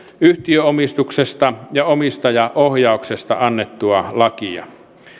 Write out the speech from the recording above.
yhtiöomistuksesta ja omistajaohjauksesta annettua lakia